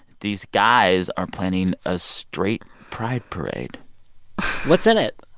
these guys are planning a straight pride parade what's in it?